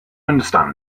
understand